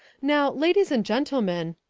now, ladies and gentlemen,